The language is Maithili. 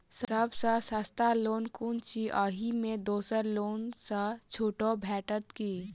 सब सँ सस्ता लोन कुन अछि अहि मे दोसर लोन सँ छुटो भेटत की?